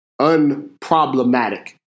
unproblematic